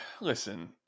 listen